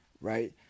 right